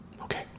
Okay